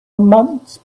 months